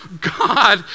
God